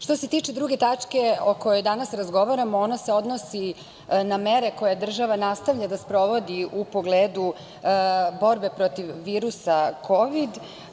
Što se tiče druge tačke o kojoj danas razgovaramo, ona se odnosi na mere koje država nastavlja da sprovodi u pogledu borbe protiv virusa kovid.